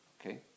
Okay